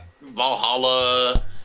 Valhalla